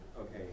Okay